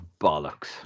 bollocks